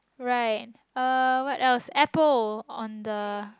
right uh what else apple on the